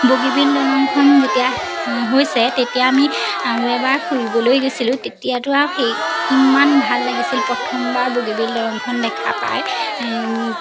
বগীবিল দলংখন যেতিয়া হৈছে তেতিয়া আমি আৰু এবাৰ ফুৰিবলৈ গৈছিলোঁ তেতিয়াতো আৰু সেই কিমান ভাল লাগিছিল প্ৰথমবাৰ বগীবিল দলংখন দেখা পাই